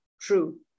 True